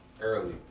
Early